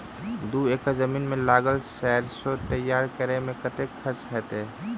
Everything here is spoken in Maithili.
दू एकड़ जमीन मे लागल सैरसो तैयार करै मे कतेक खर्च हेतै?